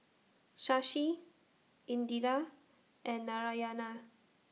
Shashi Indira and Narayana